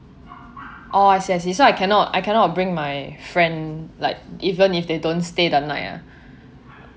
orh I see I see so I cannot I cannot bring my friend like even if they don't stay the night ah